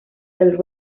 del